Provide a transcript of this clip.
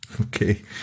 Okay